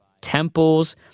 temples